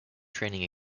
training